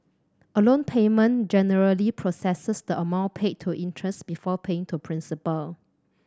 a loan payment generally processes the amount paid to interest before paying to principal